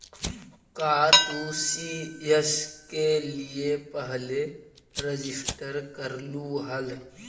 का तू सी.एस के लिए पहले रजिस्टर करलू हल